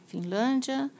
Finlândia